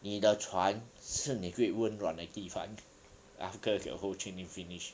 你的床是你最温暖的地方 after the whole training finish